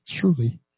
truly